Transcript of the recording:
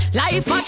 life